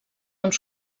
uns